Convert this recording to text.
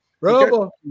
Rubble